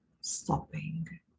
stopping